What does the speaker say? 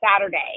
Saturday